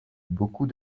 beaucoup